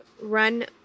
run